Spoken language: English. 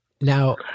Now